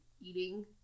eating